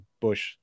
bush